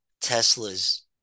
Tesla's